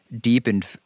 deepened